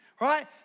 right